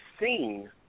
seen